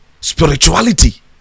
spirituality